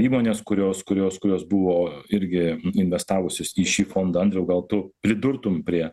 įmonės kurios kurios kurios buvo irgi investavusios į šį fondą andriau gal tu pridurtum prie